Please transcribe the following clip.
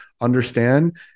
understand